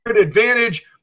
advantage